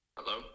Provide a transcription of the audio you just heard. Hello